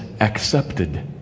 accepted